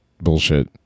bullshit